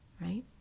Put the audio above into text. right